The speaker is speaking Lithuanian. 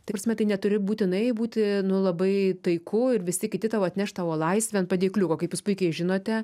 tai prasme tai neturi būtinai būti labai taiku ir visi kiti tau atneš tavo laisvę ant padėkliuko kaip puikiai žinote